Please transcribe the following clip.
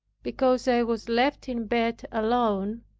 because i was left in bed alone,